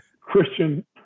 Christian